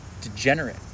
degenerate